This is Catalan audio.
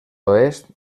oest